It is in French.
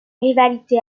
rivalité